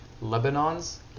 Lebanon's